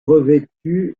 revêtu